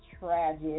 tragic